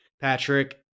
Patrick